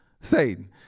Satan